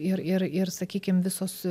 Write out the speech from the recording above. ir ir ir sakykim visos